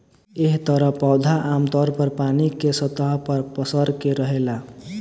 एह तरह पौधा आमतौर पर पानी के सतह पर पसर के रहेला